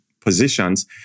positions